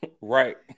Right